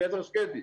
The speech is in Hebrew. אליעזר שקדי,